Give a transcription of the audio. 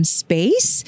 space